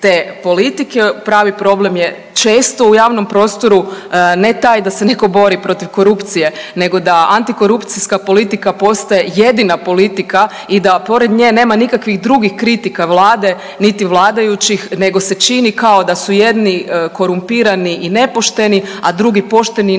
te politike. Pravi problem je često u javnom prostoru, ne taj da se netko bori protiv korupcije nego da antikorupcijska politika postaje jedina politika i da pored nje nema nikakvih drugih kritika vlade niti vladajućih nego se čini kao da su jedni korumpirani i nepošteni, a drugi pošteni i nekorumpirani